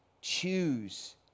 choose